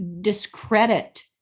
discredit